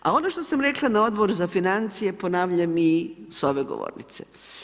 A ono što sam rekla na Odboru za financije ponavljam i s ove govornice.